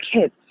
kids